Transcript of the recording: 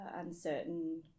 uncertain